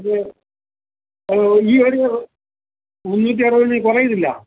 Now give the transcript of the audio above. ഇത് ഒരു ഈ ഒരു മൂന്നുറ്റി അറുപത് കുറയുന്നില്ല